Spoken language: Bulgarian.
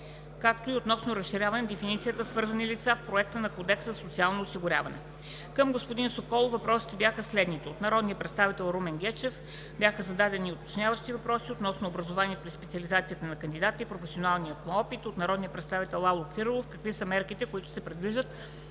както и относно разширяването на дефиницията „свързани лица“ в проекта на Кодекса за социално осигуряване. Към господин Соколов въпросите бяха следните: - от народния представител Румен Гечев бяха зададени уточняващи въпроси относно образованието и специализациите на кандидата и професионалния му опит. - от народния представител Лало Кирилов: какви са мерките, които се предвиждат